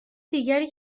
دیگری